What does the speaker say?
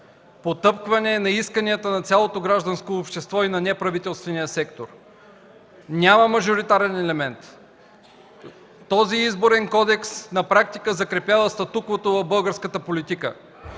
потъпкване на исканията на цялото гражданско общество и на неправителствения сектор, няма мажоритарен елемент. Този Изборен кодекс на практика закрепява статуквото в българската политика.